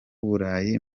burayi